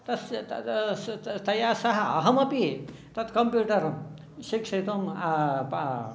तस्य तदस् तया सह अहमपि तत् कम्प्यूटर् शिक्षितुं